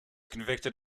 convicted